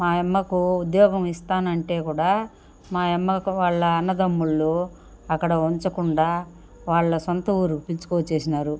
మా అమ్మకు ఉద్యోగం ఇస్తానంటే కూడా మా అమ్మకు వాళ్ళ అన్నదమ్ముళ్ళు అక్కడ ఉంచకుండా వాళ్ల సొంత ఊరు పిలుచుకొచ్చేసినారు